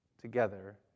together